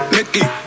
Mickey